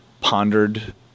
pondered